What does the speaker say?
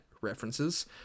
References